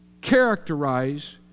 characterize